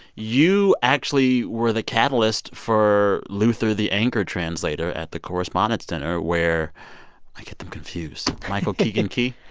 you actually were the catalyst for luther the anger translator at the correspondents' dinner where i get them confused michael keegan key?